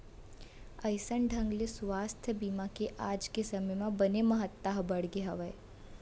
अइसन ढंग ले सुवास्थ बीमा के आज के समे म बने महत्ता ह बढ़गे हावय